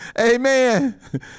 amen